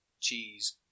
cheese